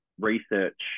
research